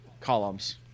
columns